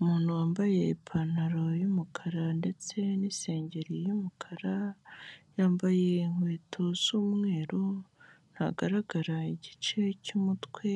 Umuntu wambaye ipantaro y'umukara ndetse n'isengeri y'umukara, yambaye inkweto z'umweru, ntagaragara igice cyumutwe,